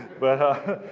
but,